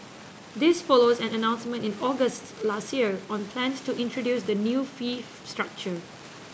this follows an announcement in August last year on plans to introduce the new fee structure